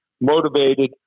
motivated